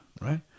right